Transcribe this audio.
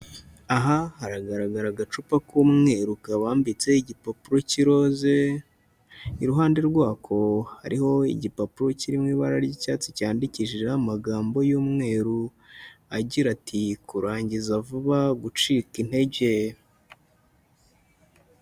Aha haragaragara agacupa k'umweru kabambitseho igipapuro cy'iroze, iruhande rwako hariho igipapuro kiri mu ibara ry'icyatsi cyandikishijeho amagambo y'umweru agira ati:" kurangiza vuba, gucika intege".